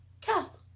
Kath